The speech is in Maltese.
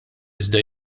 iżda